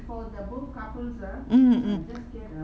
mm mm